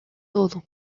todo